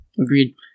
agreed